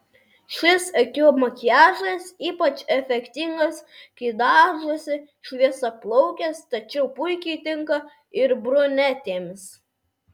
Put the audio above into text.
šis akių makiažas ypač efektingas kai dažosi šviesiaplaukės tačiau puikiai tinka ir brunetėms